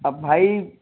اب بھائی